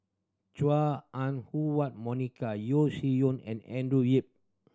Chua Ah Huwa Monica Yeo Shih Yun and Andrew Yip